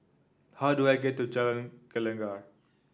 how do I get to Jalan Gelegar